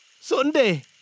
Sunday